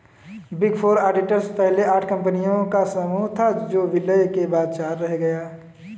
big four auditors पहले आठ कंपनियों का समूह था जो विलय के बाद चार रह गया